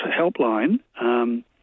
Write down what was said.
helpline